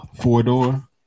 Four-door